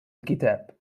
الكتاب